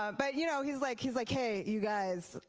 ah but you know he's like he's like hey you guys,